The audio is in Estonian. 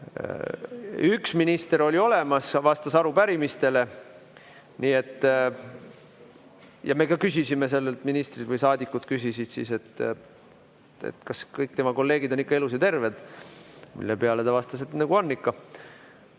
Üks minister oli olemas, ta vastas arupärimistele. Me ka küsisime sellelt ministrilt või saadikud küsisid, kas kõik tema kolleegid on ikka elus ja terved, mille peale ta vastas, et nagu on ikka.